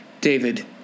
David